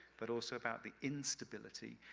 but also about the instability,